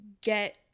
get